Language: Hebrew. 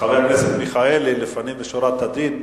חבר הכנסת אברהם מיכאלי, לפנים משורת הדין,